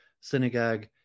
synagogue